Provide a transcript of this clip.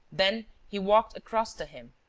then he walked across to him.